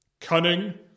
cunning